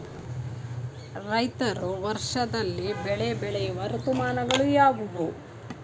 ರೈತರು ವರ್ಷದಲ್ಲಿ ಬೆಳೆ ಬೆಳೆಯುವ ಋತುಮಾನಗಳು ಯಾವುವು?